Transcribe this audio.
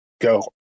go